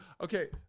Okay